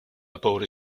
aboard